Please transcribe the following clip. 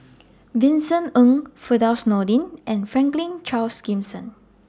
Vincent Ng Firdaus Nordin and Franklin Charles Gimson